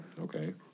Okay